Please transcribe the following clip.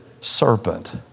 serpent